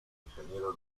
ingeniero